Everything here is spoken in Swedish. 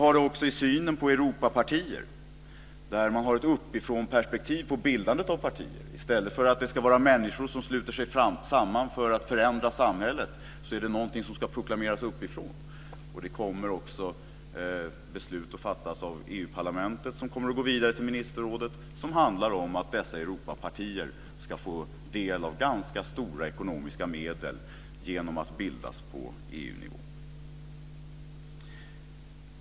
När det gäller synen på Europapartier har man ett uppifrånperspektiv på bildandet av partier. I stället för att människor sluter sig samman för att förändra samhället är det någonting som ska proklameras uppifrån. Det kommer också att fattas beslut av EU parlamentet som går vidare till ministerrådet och som handlar om att dessa Europapartier ska få del av ganska stora ekonomiska medel genom att de bildas på EU-nivå.